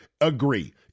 agree